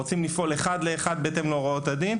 אנחנו רוצים לפעול אחד לאחד בהתאם להוראות הדין.